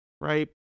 right